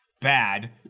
bad